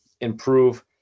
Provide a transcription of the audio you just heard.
improve